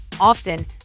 Often